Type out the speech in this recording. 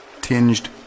tinged